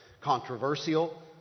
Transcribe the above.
controversial